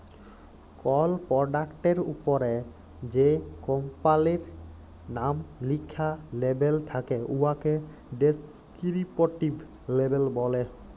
call পরডাক্টের উপরে যে কম্পালির লাম লিখ্যা লেবেল থ্যাকে উয়াকে ডেসকিরিপটিভ লেবেল ব্যলে